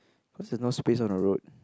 what's the no space on the road